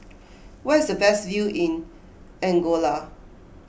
where is the best view in Angola